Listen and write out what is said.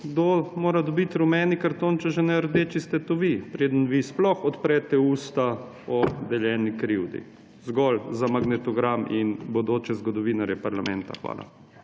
kdo mora dobiti rumeni karton, če že ne rdečega, ste to vi, preden vi sploh odprete usta o deljeni krivdi. Zgolj za magnetogram in bodoče zgodovinarje parlamenta. Hvala.